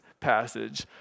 passage